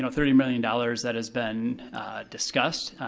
so thirty million dollars that has been discussed